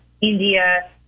India